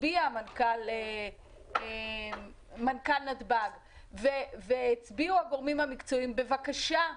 הצביע מנכ"ל נתב"ג והצביעו הגורמים המקצועיים: בבקשה,